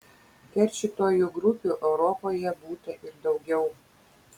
keršytojų grupių europoje būta ir daugiau